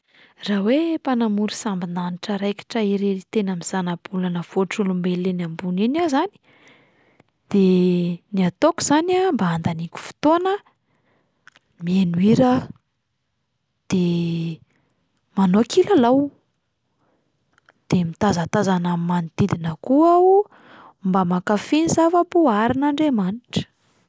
Raha hoe mpanamory sambon-danitra raikitra irery teny amin'ny zana-bolana voatr'olombelona eny ambony eny aho izany de ny ataoko izany a mba handaniako fotoana: miheno hira aho, de manao kilalao, de mitazatazana ny manodidina koa aho mba mankafy ny zava-boaharin'Andriamanitra.